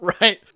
right